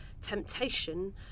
temptation